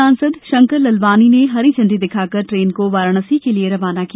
सांसद शंकर ललवानी ने हरी झंडी दिखाकर ट्रेन को वाराणसी के लिये रवाना किया